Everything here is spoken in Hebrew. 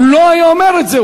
הוא לא היה אומר את זה,